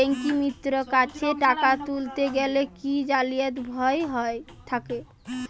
ব্যাঙ্কিমিত্র কাছে টাকা তুলতে গেলে কি জালিয়াতির ভয় থাকে?